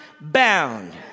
bound